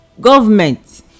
government